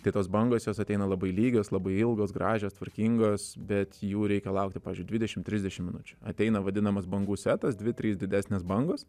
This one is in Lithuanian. tai tos bangos jos ateina labai lygios labai ilgos gražios tvarkingos bet jų reikia laukti pavyzdžiui dvidešimt trisdešimt minučių ateina vadinamas bangų setas dvi trys didesnės bangos